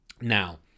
Now